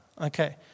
okay